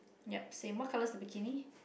yup same what colours the bikini